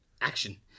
Action